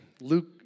Luke